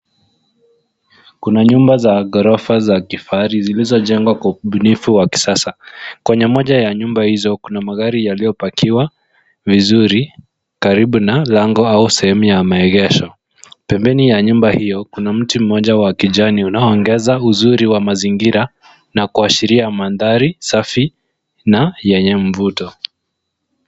Kuna nyumba za ghorofa za kifahari zilizojengwa kwa ubunifu wa kisasa. Kwenye moja ya nyumba hizo kuna magari yaliyopakiwa vizuri karibu na lango au sehemu ya maegesho. Pembeni ya nyumba hiyo kuna mti mmoja wa kijani unaongeza uzuri wa mazingira na kuashiria mandhari safi na yenye mvuto.